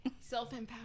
self-empowerment